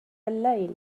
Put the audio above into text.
الليل